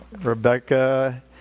Rebecca